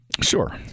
Sure